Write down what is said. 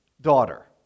daughter